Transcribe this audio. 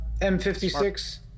M56